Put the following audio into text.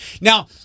Now